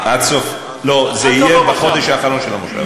זה יהיה בחודש האחרון של המושב.